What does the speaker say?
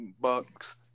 Bucks